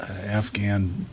Afghan